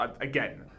again